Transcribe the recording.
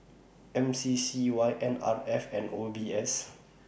M C C Y N R F and O B S